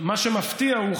מה שמפתיע הוא,